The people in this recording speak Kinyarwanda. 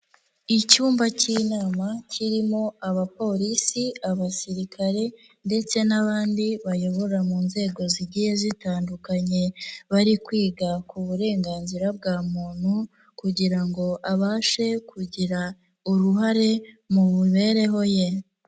Icyumba cy'inama kirimo abapolisi, abasirikare ndetse n'abandi bayobora mu nzego zigiye zitandukanye, bari kwiga ku burenganzira bwa muntu kugira ngo abashe kugira uruhare mu mibereho ye.